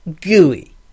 gooey